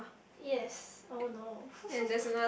yes oh no